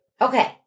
okay